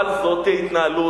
הצבא, אבל זאת ההתנהלות.